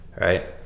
Right